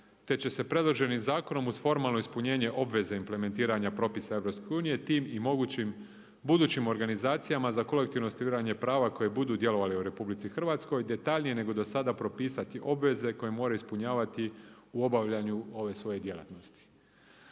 te će se predloženim zakonom uz formalno ispunjenje obveze implementiranja propisa EU tim i mogućim budućim organizacijama za kolektivno ostvarivanje prava koje budu djelovale u RH detaljnije nego do sada propisati obveze koje moraju ispunjavati u obavljanju ove svoje djelatnosti.